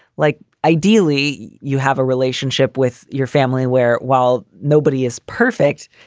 like ideally you have a relationship with your family where while nobody is perfect,